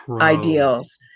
ideals